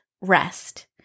rest